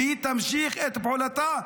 היא תמשיך את פעולתה,